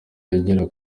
yegera